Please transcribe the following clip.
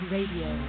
Radio